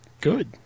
Good